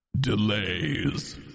delays